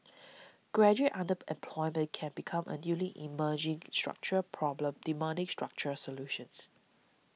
graduate underemployment can become a newly emerging structural problem demanding structural solutions